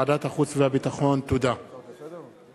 הצעת חוק שירות ביטחון (תיקון מס' 7